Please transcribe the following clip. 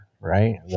right